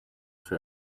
for